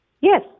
Yes